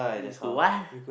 we could what